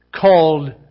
called